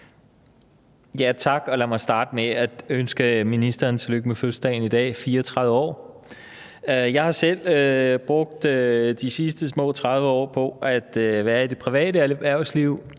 Tak. Lad mig starte med at ønske ministeren tillykke med fødselsdagen i dag – 34 år. Jeg har selv brugt de sidste små 30 år på at være i det private erhvervsliv,